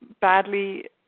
badly